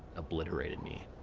obliterated me.